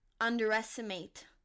underestimate